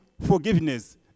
forgiveness